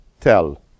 tell